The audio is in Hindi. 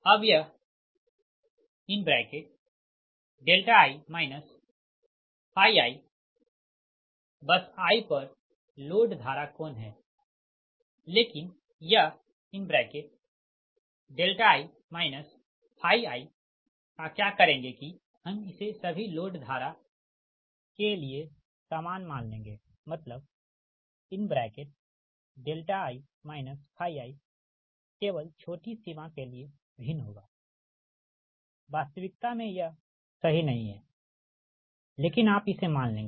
अब यह i i बस i पर लोड धारा कोण है लेकिन यह i i का क्या करेंगे कि हम इसे सभी लोड धारा के लिए सामान मान लेंगे मतलब i i केवल छोटी सीमा के लिए भिन्न होगा वास्तविकता में यह सही नही है लेकिन आप इसे मान लेंगे